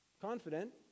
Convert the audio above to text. Confident